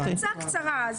קצרה.